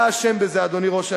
אתה אשם בזה, אדוני ראש הממשלה.